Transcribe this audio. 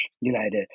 United